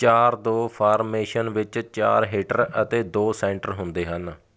ਚਾਰ ਦੋ ਫਾਰਮੇਸ਼ਨ ਵਿੱਚ ਚਾਰ ਹਿਟਰ ਅਤੇ ਦੋ ਸੈਟਰ ਹੁੰਦੇ ਹਨ